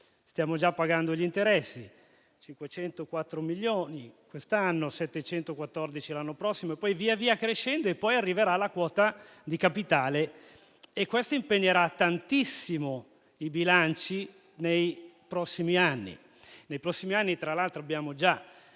Stiamo già pagando gli interessi: 504 milioni quest'anno, 714 l'anno prossimo, poi via via crescendo e infine arriverà la quota di capitale. Ciò impegnerà tantissimo i bilanci nei prossimi anni, quando, tra l'altro, abbiamo già